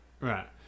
Right